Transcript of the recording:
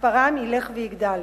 שמספרם ילך ויגדל.